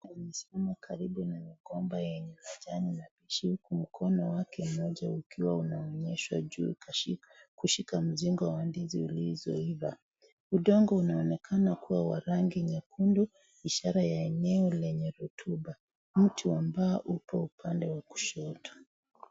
Amesimama karibu na migomba yenye majani ya kibichi mkono wake mmoja ukiwa unaonyesha juu kushika mzinga wa ndizi ulizoiva udongo unaonekana kuwa wa rangi nyekundu ishara ya eneo lenye rotuba, mti ambao uko upande wa kushoto.